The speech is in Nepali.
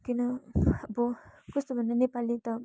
किन अब कस्तो भन्दा नेपाली त